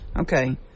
Okay